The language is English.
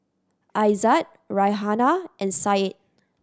Aizat Raihana and Said